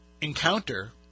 encounter